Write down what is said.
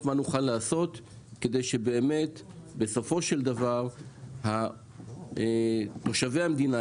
מה נוכל לעשות כדי שבסופו של דבר תושבי המדינה,